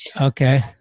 okay